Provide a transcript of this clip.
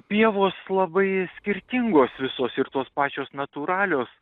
pievos labai skirtingos visos ir tos pačios natūralios